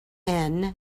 much